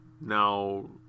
now